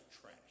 trash